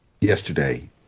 yesterday